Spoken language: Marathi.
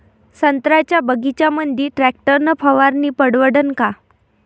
संत्र्याच्या बगीच्यामंदी टॅक्टर न फवारनी परवडन का?